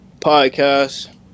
podcast